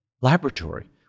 laboratory